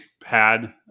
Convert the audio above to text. pad